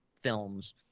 films